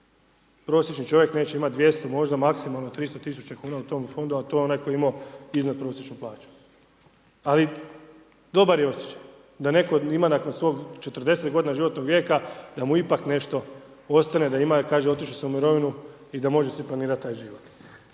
Prosječni čovjek neće imati 200, možda maksimalno 300 000 u tom fondu a to je onaj koji je imao iznadprosječnu plaću. Ali dobar je osjećaj da netko od ima nakon svog 40 g. životnog vijeka, da mu ipak nešto ostane, da ima, kaže otišao sam u mirovinu i da može si planirat taj život.